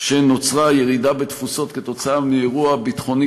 שנוצרה ירידה בתפוסות כתוצאה מאירוע ביטחוני